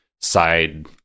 side